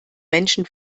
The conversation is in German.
menschen